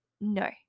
no